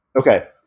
Okay